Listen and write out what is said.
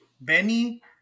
Benny